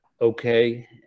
okay